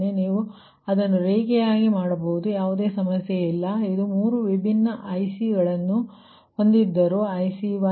ನೀವು ಅದನ್ನು ರೇಖೇಯಾಗಿ ಮಾಡಬಹುದು ಯಾವುದೇ ಸಮಸ್ಯೆ ಇಲ್ಲ ಇದು 3 ವಿಭಿನ್ನ IC ಗಳನ್ನು ಹೊಂದಿದ್ದರೂ ಕೂಡ